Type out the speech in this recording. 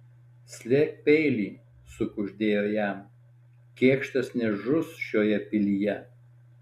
slėpk peilį sukuždėjo jam kėkštas nežus šioje pilyje